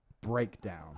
breakdown